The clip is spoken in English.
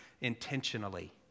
intentionally